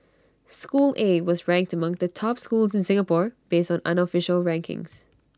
school A was ranked among the top schools in Singapore based on unofficial rankings